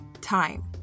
time